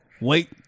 Wait